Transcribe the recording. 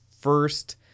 first